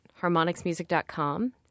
harmonicsmusic.com